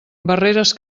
barreres